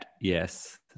yes